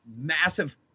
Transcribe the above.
massive